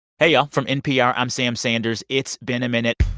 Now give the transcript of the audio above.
hey, y'all. from npr, i'm sam sanders. it's been a minute